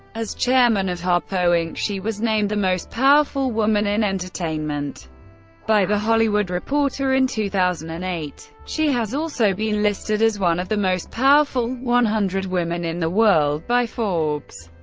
as chairman of harpo inc. she was named the most powerful woman in entertainment by the hollywood reporter in two thousand and eight. she has also been listed as one of the most powerful one hundred women in the world by forbes,